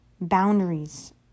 boundaries